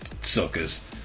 suckers